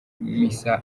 misa